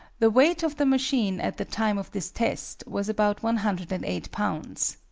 the weight of the machine at the time of this test was about one hundred and eight lbs.